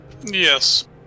Yes